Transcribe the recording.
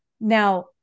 Now